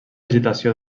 agitació